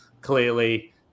clearly